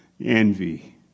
envy